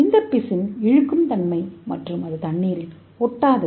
இந்த பிசின் இழுக்கும் தன்மை உள்ளது மற்றும் அது தண்ணீரில் ஒட்டாதது